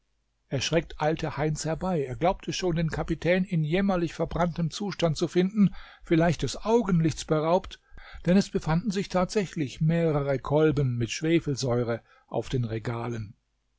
erschreckt eilte heinz herbei er glaubte schon den kapitän in jämmerlich verbranntem zustand zu finden vielleicht des augenlichts beraubt denn es befanden sich tatsächlich mehrere kolben mit schwefelsäure auf den regalen